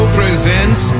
presents